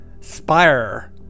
Spire